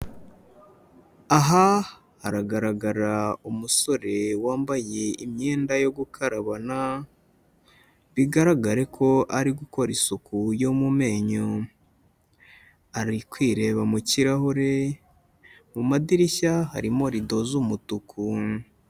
Aha hagaragara umusore wambaye imyenda yo gukarabana, bigaragare ko ari gukora isuku yo mu menyo, ari kwireba mu kirahure, mu madirishya harimo rido z'umutuku.